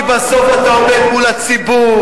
כי בסוף אתה עומד מול הציבור,